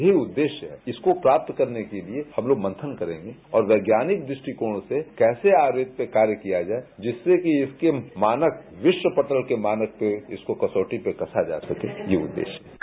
यह उद्देश्य इसको प्राप्त करने के लिये हम लोग मंथन करेंगे और वैज्ञानिक दृष्टिकोण से कैसे आयुर्वेद पर कार्य लिया जाये जिससे कि इसके मानक विश्व पटल के मानक पर इसको कसौटी पर कसा जा सके यह उद्देश्य है